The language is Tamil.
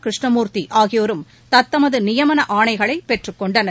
கிருஷ்ணமூர்த்தி ஆகியோரும் தத்தமது நியமன ஆணைகளை பெற்றுக் கொண்டனர்